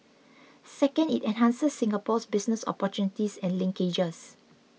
second it enhances Singapore's business opportunities and linkages